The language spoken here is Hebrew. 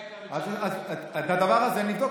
--- את הדבר הזה נבדוק.